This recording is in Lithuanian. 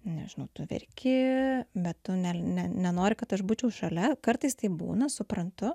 nežinau tu verki bet tu ne nenori kad aš būčiau šalia kartais taip būna suprantu